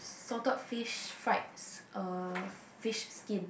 salted fish fried uh fish skin